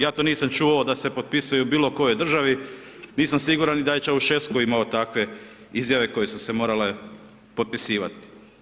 Ja to nisam čuo da se potpisuju u bilo kojoj državi, nisam siguran ni da će u Švedskoj imao takve izjave koje su se morale potpisivati.